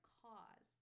cause